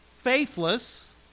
faithless